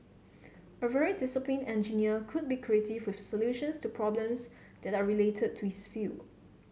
a very discipline engineer could be creative with solutions to problems that are related to his field